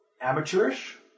amateurish